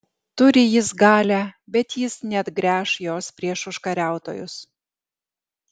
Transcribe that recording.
turi jis galią bet jis neatgręš jos prieš užkariautojus